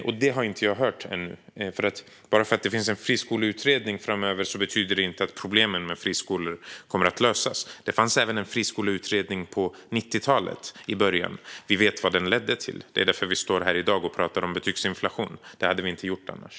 Inget av detta har jag hört än. Att det kommer en friskoleutredning framöver betyder inte att problemen med friskolor kommer att lösas. Det fanns en friskoleutredning även i början av 90talet, och vi vet vad den ledde till. Det är därför vi står här i dag och pratar om betygsinflation. Det hade vi inte gjort annars.